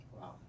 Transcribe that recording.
Wow